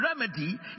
remedy